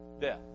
death